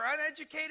uneducated